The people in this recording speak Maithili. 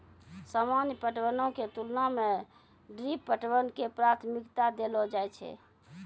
सामान्य पटवनो के तुलना मे ड्रिप पटवन के प्राथमिकता देलो जाय छै